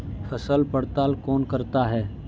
फसल पड़ताल कौन करता है?